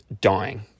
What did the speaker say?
dying